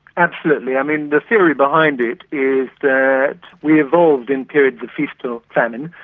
absolutely. i mean, the theory behind it is that we evolved in periods of feast or famine,